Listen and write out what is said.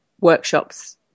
workshops